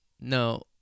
No